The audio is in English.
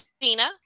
Dina